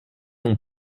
l’on